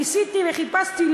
ניסיתי וחיפשתי,